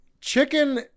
chicken